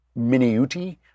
Miniuti